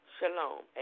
Shalom